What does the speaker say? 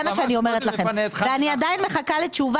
זה מה שאני אומרת לכם ואני עדיין מחכה לתשובה